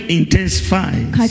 intensifies